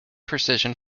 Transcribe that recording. precision